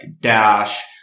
Dash